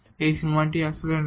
তাই এই সীমাটি আসলে নেই